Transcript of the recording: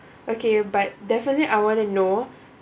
okay but definitely I want to know